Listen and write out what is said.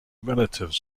relatives